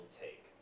take